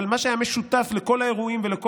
אבל מה שהיה משותף לכל האירועים ולכל